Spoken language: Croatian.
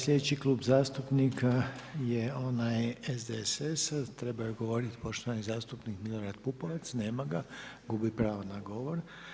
Sljedeći Klub zastupnika je onaj SDSS-a, trebaju govoriti poštovani zastupnika Milorad Pupovac, nema ga, gubi pravo na govor.